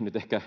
nyt ehkä